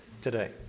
today